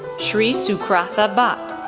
sri sukratha bhat,